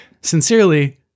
Sincerely